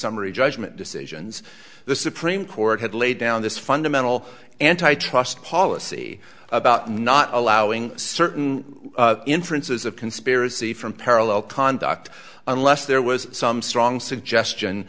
summary judgment decisions the supreme court had laid down this fundamental antitrust policy about not allowing certain inferences of conspiracy from parallel conduct unless there was some strong